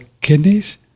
kidneys